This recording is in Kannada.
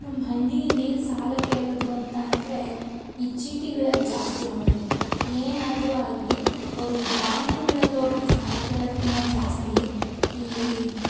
ನಮ್ಮ ಹಳ್ಳಿಯಲ್ಲಿ ಸಾಲ ಕೇಳೋದು ಅಂತ ಅಂದರೆ ಈ ಚೀಟಿಗಳಲ್ಲಿ ಜಾಸ್ತಿ ನೋಡ್ರಿ ಏನಾದರೂ ಆಗ್ಲಿ ಅವರು ಈ ಬ್ಯಾಂಕ್ಗಳಲ್ಲಿ ಹೋಗಿ ಸಾಲ ಕೇಳೋಕ್ಕಿನ್ನ ಜಾಸ್ತಿ ಈ